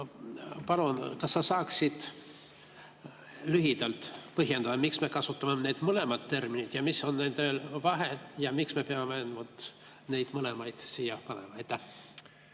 Palun, kas sa saaksid lühidalt põhjendada, miks me kasutame mõlemat terminit? Mis on nende vahe ja miks me peame need mõlemad siia panema?